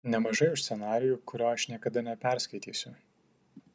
nemažai už scenarijų kurio aš niekada neperskaitysiu